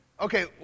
Okay